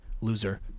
loser